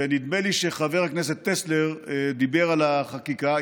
נדמה לי שחבר הכנסת טסלר דיבר על החקיקה,